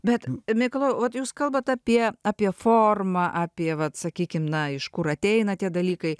bet mikalojau o jūs kalbat apie apie formą apie vat sakykim na iš kur ateina tie dalykai